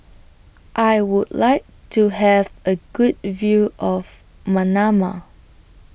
I Would like to Have A Good View of Manama